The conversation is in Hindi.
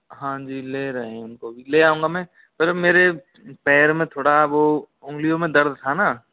हाँ जी ले रहे हैं उनको भी ले आऊंगा मैं पहले मेरे पैर में थोड़ा वो उंगलियों में दर्द था ना